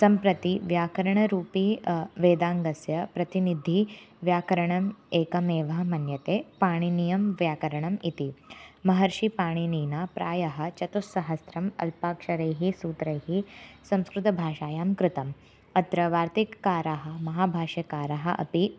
सम्प्रति व्याकरणरूपं वेदाङ्गस्य प्रतिनिधिः व्याकरणम् एकमेव मन्यते पाणिनीयं व्याकरणम् इति महर्षिपाणिनिना प्रायः चतुस्सहस्रैः अल्पाक्षरैः सूत्रैः संस्कृतभाषायां कृतम् अत्र वार्तिककाराः महाभाष्यकारः अपि